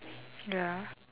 ya